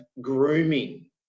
grooming